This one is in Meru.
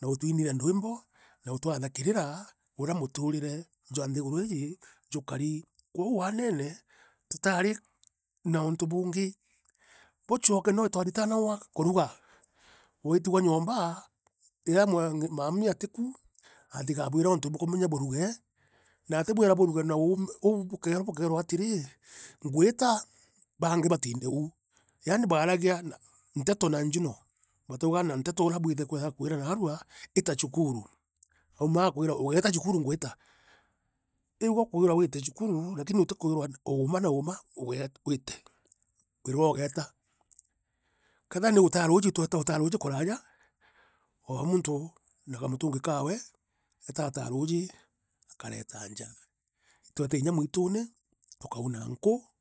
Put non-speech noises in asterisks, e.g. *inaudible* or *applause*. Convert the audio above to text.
nautwinivu ndwimbo na utwatha kiira ura muturire jwa nthiguru iji uukari kwou na atibwira buruge na uu uu uu bukeera bukeerwa atiri ngwita baangi batinde uu yaani baaragia nteto na njuno bataugaa na nteto urea *unintelligible* akwira naanua ita cukuru aumaa aakwiraa ugeete cukuru ngwita riu gakwira urivwa ugeeta kethera niutaa ruuji akareta njaa itwetaa inya mwitune tukauna nkuu.